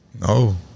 No